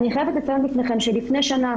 אני חייבת לציין שלפני שנה,